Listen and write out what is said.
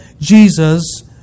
Jesus